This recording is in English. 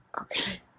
Okay